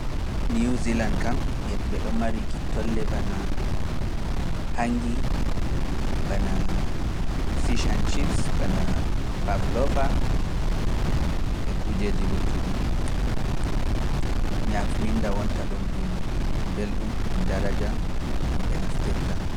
Niw Zilan kam, yedu ɓe ɗo mari ki tolle bana hangi, bana fish and chips, bana pavlova e kujeeji luttu ɗi. Ñaam minda wonta ɗon ɗum belɗum, ɗum daraja, ɗum ɓe naftirta.